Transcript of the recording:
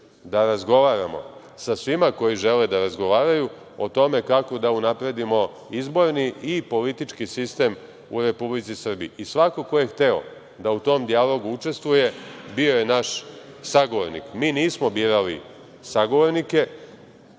da razgovaramo sa svima koji žele da razgovaraju o tome kako da unapredimo izborni i politički sistem u Republici Srbiji. Svako ko je hteo da u tom dijalogu učestvuje bio je naš sagovornik. Mi nismo birali sagovornike,